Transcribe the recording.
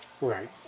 right